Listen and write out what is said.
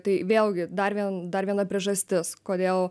tai vėlgi dar vien dar viena priežastis kodėl